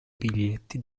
biglietti